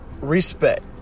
respect